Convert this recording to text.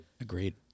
Agreed